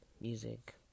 music